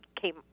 came